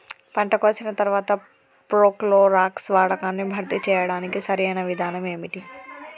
పంట కోసిన తర్వాత ప్రోక్లోరాక్స్ వాడకాన్ని భర్తీ చేయడానికి సరియైన విధానం ఏమిటి?